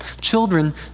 Children